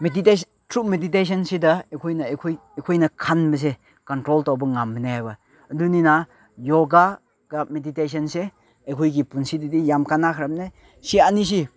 meditation through ꯃꯦꯗꯤꯇꯦꯁꯟꯁꯤꯗ ꯑꯩꯈꯣꯏꯅ ꯑꯩꯈꯣꯏ ꯑꯩꯈꯣꯏꯅ ꯈꯟꯕꯁꯦ ꯀꯟꯇ꯭ꯔꯣꯜ ꯇꯧꯕ ꯉꯝꯕꯅꯦꯕ ꯑꯗꯨꯅꯤꯅ ꯌꯣꯒꯥꯒ ꯃꯦꯗꯤꯇꯦꯁꯟꯁꯦ ꯑꯩꯈꯣꯏꯒꯤ ꯄꯨꯟꯁꯤꯗꯗꯤ ꯌꯥꯝ ꯀꯥꯟꯅꯈ꯭ꯔꯝꯅꯦ ꯁꯤ ꯑꯅꯤꯁꯤ